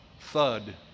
thud